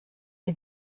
sie